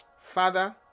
Father